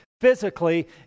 physically